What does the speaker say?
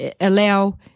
allow